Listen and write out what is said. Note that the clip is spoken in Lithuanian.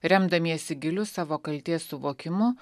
remdamiesi giliu savo kaltės suvokimu